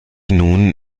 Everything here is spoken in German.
nun